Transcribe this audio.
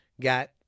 got